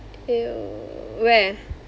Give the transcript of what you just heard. !eww! where